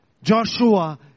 Joshua